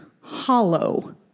hollow